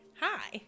Hi